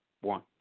One